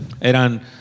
Eran